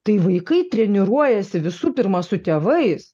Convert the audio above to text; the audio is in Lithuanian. tai vaikai treniruojasi visų pirma su tėvais